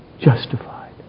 Justified